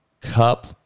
cup